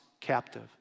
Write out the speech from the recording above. captive